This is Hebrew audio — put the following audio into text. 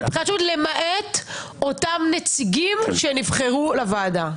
למעט אותם נציגים שנבחרו לוועדה.